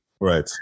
Right